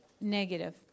negative